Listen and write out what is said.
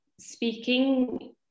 speaking